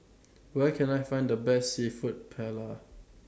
Where Can I Find The Best Seafood Paella